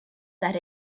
that